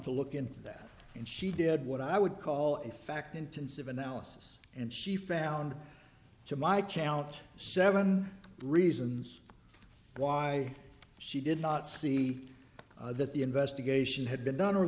to look into that and she did what i would call in fact intensive analysis and she found to my count seven reasons why she did not see that the investigation had been done or